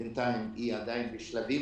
בינתיים היא עדיין בשלבים,